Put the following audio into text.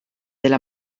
della